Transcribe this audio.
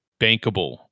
bankable